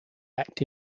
act